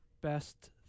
best